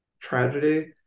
tragedy